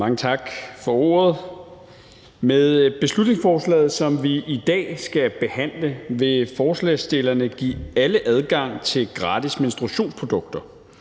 Mange tak for ordet. Med beslutningsforslaget, som vi i dag skal behandle, vil forslagsstillerne give alle adgang til gratis menstruationsprodukter.